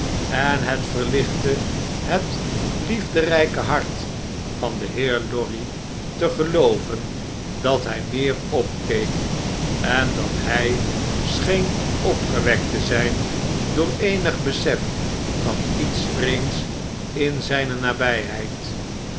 en het verlichtte het liefderijke hart van den heer lorry te gelooven dat hy meer opkeek en dat hy scheen opgewekt te zyn door eenig besef van iets vreemds in zgne nabyheid